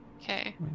okay